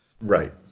Right